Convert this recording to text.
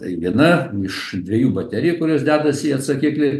tai viena iš dviejų baterijų kurios dedasi į atsakiklį